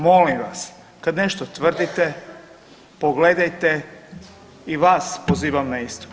Molim vas, kad nešto tvrdite, pogledajte i vas pozivam na isto.